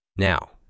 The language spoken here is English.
Now